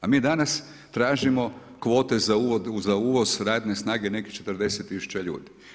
A mi danas tražimo kvote za uvoz radne snage nekih 40 tisuća ljudi.